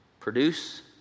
Produce